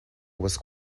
was